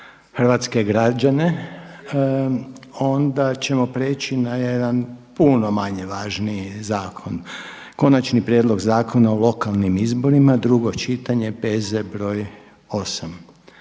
hrvatske građane onda ćemo preći na jedan puno manje važnije zakon konačni prijedlog Zakona o lokalnim izborima, drugo čitanje, P.Z.BR.8.